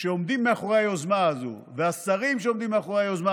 שעומדים מאחורי היוזמה הזאת והשרים שעומדים מאחורי היוזמה